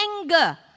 anger